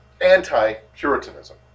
anti-Puritanism